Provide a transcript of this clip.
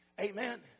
Amen